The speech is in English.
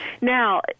Now